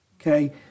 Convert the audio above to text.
okay